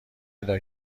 ادا